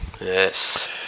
Yes